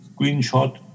screenshot